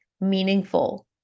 meaningful